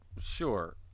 Sure